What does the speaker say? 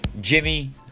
Jimmy